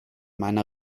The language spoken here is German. meiner